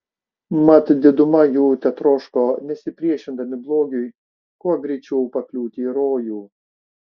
mat diduma jų tetroško nesipriešindami blogiui kuo greičiau pakliūti į rojų